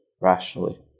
rationally